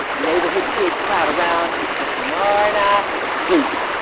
neighborhood kids crowd around as jamara and i hoop.